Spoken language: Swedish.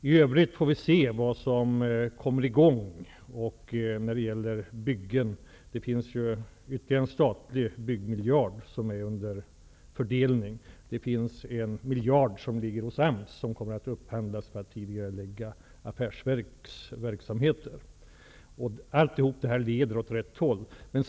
I övrigt får vi se vad som kommer i gång när det gäller byggen. Det finns ytterligare en statlig byggmiljard som är under fördelning. Det finns en miljard som ligger hos AMS som kommer att upphandlas för att tidigarelägga verksamheter inom affärsverken. Allt detta leder åt rätt håll.